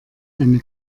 eine